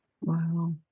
Wow